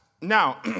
Now